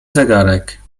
zegarek